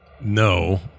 No